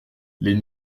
les